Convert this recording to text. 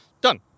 done